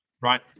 right